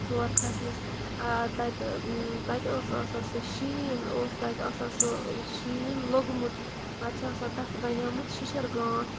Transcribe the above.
تور کھَسنَس تَتہِ تَتہِ اوس آسان سُہ شیٖن اوس تَتہِ آسان سُہ شیٖن لوٚگمُت پَتہٕ چھُ آسان تَتھ بَنیامُت شِشَر گانٛٹھ